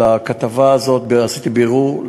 על הכתבה הזאת עשיתי בירור,